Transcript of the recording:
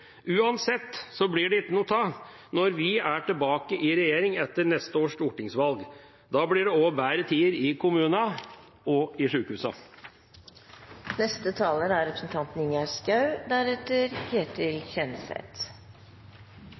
Uansett blir det ikke noe av når vi er tilbake i regjering etter neste års stortingsvalg. Da blir det også bedre tider i kommunene og i sykehusene. Jeg skjønner at representanten